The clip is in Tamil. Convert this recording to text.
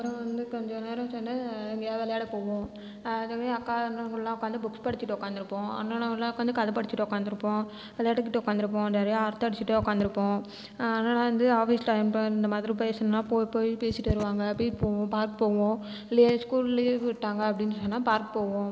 அப்புறம் வந்து கொஞ்சம் நேரம் சென்று எங்கேயாவது விளையாட போவோம் அதுவே அக்கா அண்ணன் கூடலாம் உட்கார்ந்து புக்ஸ் படிச்சிட்டு உட்கார்ந்துருப்போம் அண்ணனோடு உட்கார்ந்து கதை படிச்சிட் உட்கார்ந்துருப்போம் கேட்டு விட்டு உட்கார்ந்துருப்போம் நெறைய அரட்டை அடிச்சிட்டே உட்கார்ந்துருப்போம் அதனால் வந்து ஆஃபிஸ் டைம் இந்த மாதிரி பேசணும்னா போய் போய் பேசி விட்டு வருவாங்க பீச் போவோம் பார்க் போவோம் இல்லைன்னா ஸ்கூல் லீவ் விட்டாங்க அப்படின் அப்படி சொன்னா பார்க் போவோம்